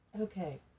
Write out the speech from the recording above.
Okay